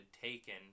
taken